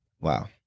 wow